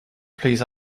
please